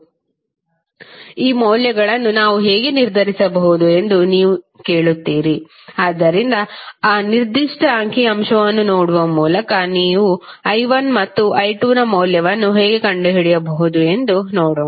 i1iR2R1R2i2iR1R1R2 ಈ ಮೌಲ್ಯಗಳನ್ನು ನಾವು ಹೇಗೆ ನಿರ್ಧರಿಸಬಹುದು ಎಂದು ಈಗ ನೀವು ಕೇಳುತ್ತೀರಿ ಆದ್ದರಿಂದ ಈ ನಿರ್ದಿಷ್ಟ ಅಂಕಿ ಅಂಶವನ್ನು ನೋಡುವ ಮೂಲಕ ನೀವು i1 ಮತ್ತು i2 ನ ಮೌಲ್ಯವನ್ನು ಹೇಗೆ ಕಂಡುಹಿಡಿಯಬಹುದು ಎಂದು ನೋಡೋಣ